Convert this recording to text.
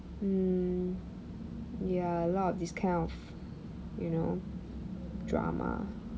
mm ya a lot of this kind of you know drama